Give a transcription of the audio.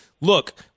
look